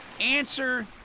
answer